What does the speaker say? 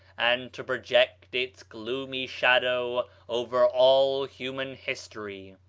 and to project its gloomy shadow over all human history.